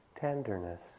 tenderness